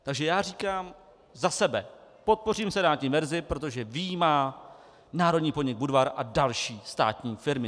Takže já říkám za sebe: podpořím senátní verzi, protože vyjímá národní podnik Budvar a další státní firmy.